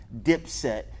Dipset